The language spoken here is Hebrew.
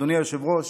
אדוני היושב-ראש,